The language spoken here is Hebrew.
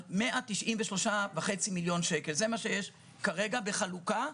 על 193.5 מיליון שקל, זה מה שיש כרגע בחלוקה.